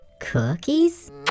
Cookies